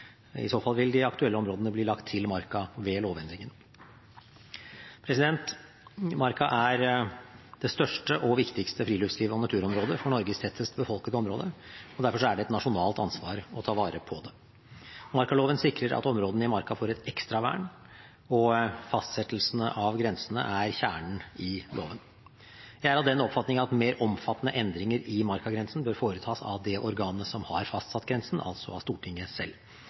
ved lovendringen. Marka er det største og viktigste friluftslivs- og naturområdet for Norges tettest befolkede område, og derfor er det et nasjonalt ansvar å ta vare på den. Markaloven sikrer at områdene i marka får et ekstra vern, og fastsettelsene av grensene er kjernen i loven. Jeg er av den oppfatning at mer omfattende endringer i markagrensen bør foretas av det organet som har fastsatt grensen, altså av Stortinget selv.